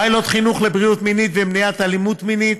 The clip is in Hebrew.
פיילוט חינוך לבריאות מינית ומניעת אלימות מינית,